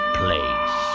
place